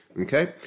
Okay